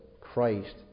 Christ